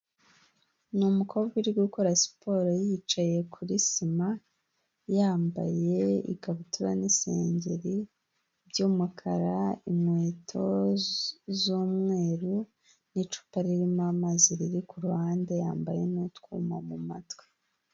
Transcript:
Ni umukobwa uri gukora siporo yicaye kuri sima yambaye ikabutura n'isengeri by'umukara, inkweto z'umweru, n'icupa ririmo amazi riri ku ruhande yambaye n'utwuma mu matwi.